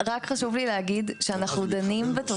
אז רק חשוב לי להגיד שאנחנו דנים בתוספת הזאת.